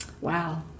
wow